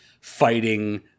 fighting